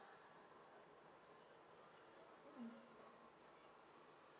mm